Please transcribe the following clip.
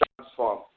transform